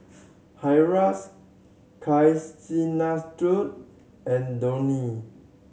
Haresh Kasinadhuni and Dhoni